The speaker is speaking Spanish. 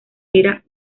era